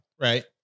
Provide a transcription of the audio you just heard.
Right